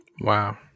Wow